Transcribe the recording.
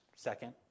Second